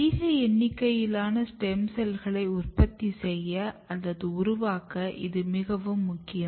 அதிக எண்ணிக்கையிலான ஸ்டெம் செல்களை உற்பத்தி செய்ய அல்லது உருவாக்க இது மிகவும் முக்கியம்